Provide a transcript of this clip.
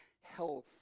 health